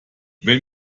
wenn